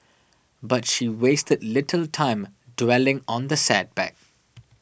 but she wasted little time dwelling on the setback